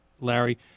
Larry